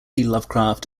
lovecraft